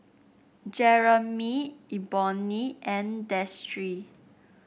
Jeramy Eboni and Destry